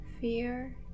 fear